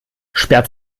sperrt